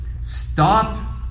Stop